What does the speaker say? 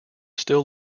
still